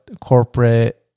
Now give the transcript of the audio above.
corporate